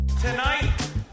Tonight